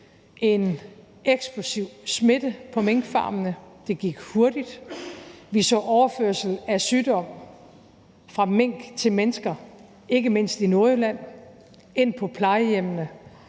en eksplosiv smitte på minkfarmene. Det gik hurtigt. Vi så overførsel af sygdom fra mink til mennesker, ikke mindst i Nordjylland, ind på plejehjemmene.